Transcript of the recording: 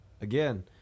Again